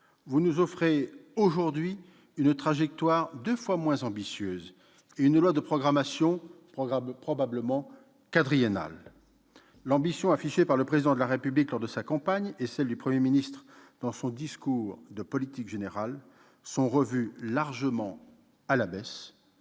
nous offre aujourd'hui une trajectoire deux fois moins ambitieuse et une loi de programmation probablement quadriennale. L'ambition affichée par le Président de la République lors de sa campagne et celle du Premier ministre dans son discours de politique générale sont revues largement à la baisse,